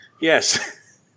Yes